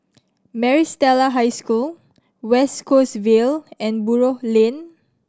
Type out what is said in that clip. Maris Stella High School West Coast Vale and Buroh Lane